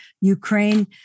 Ukraine